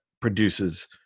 produces